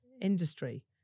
industry